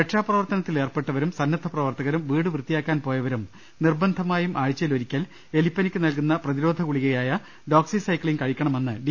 രക്ഷാപ്രവർത്തനത്തിൽ ഏർപ്പെട്ടവരും സന്നദ്ധ പ്രവർത്തകരും വീട് വൃത്തിയാക്കാൻ പോയവരും നിർബന്ധമായും ആഴ്ചയിൽ ഒരിക്കൽ എലിപ്പനിക്ക് നൽകുന്ന പ്രതിരോധ ഗുളികയായ ഡോക്സിസൈക്ലിൻ കഴിക്കണമെന്ന് ഡി